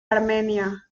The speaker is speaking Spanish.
armenia